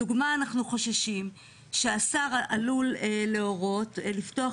למשל אנחנו חוששים שהשר עלול להורות לפתוח